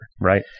Right